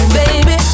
baby